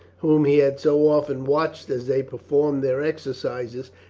whom he had so often watched as they performed their exercises,